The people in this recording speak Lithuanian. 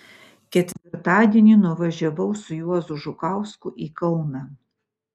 ketvirtadienį nuvažiavau su juozu žukausku į kauną